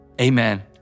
amen